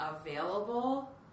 available